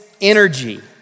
energy